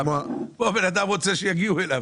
אדם רוצה שיגיעו אליו.